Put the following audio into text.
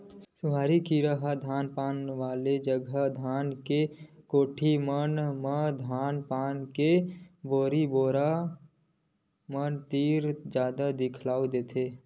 सुरही कीरा ह धान पान रखे वाले जगा धान के कोठी मन म धान पान के बोरा बोरी मन तीर जादा दिखउल देथे